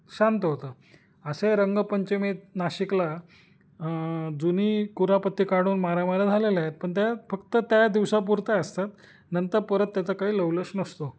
शांत होतं असे रंगपंचमीत नाशिकला जुनी कुरापत्ती काढून मारामाऱ्या झालेल्या आहेत पण त्यात फक्त त्या दिवसापुरता असतं नंतर परत त्याचा काही लवलेश नसतो